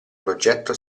progetto